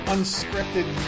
Unscripted